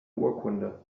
urkunde